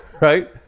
Right